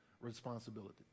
responsibility